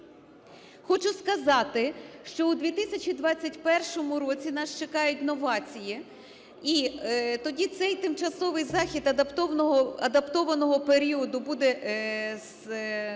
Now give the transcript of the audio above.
Хочу сказати, що у 2021 році нас чекають новації, і тоді цей тимчасовий захід адаптованого періоду буде скасований,